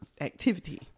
activity